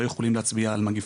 לא יכולים להצביע על מגפה,